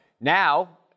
Now